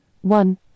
One